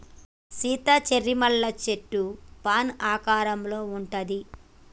Sita cherry పళ్ళ సెట్టు fan ఆకారంలో ఉంటది